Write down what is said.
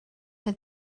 oedd